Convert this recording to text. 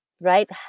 right